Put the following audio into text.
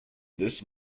this